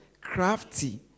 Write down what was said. Crafty